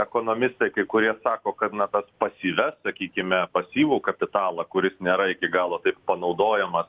ekonomistai kai kurie sako kad na tas pasyvias sakykime pasyvų kapitalą kuris nėra iki galo panaudojamas